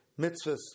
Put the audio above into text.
mitzvahs